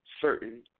certain